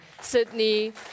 Sydney